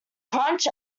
crunch